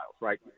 right